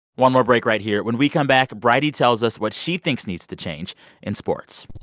one more break right here. when we come back, bridie tells us what she thinks needs to change in sports